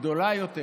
הגדולה יותר